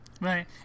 Right